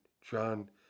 John